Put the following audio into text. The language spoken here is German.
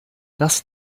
das